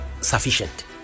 sufficient